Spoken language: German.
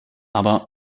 aber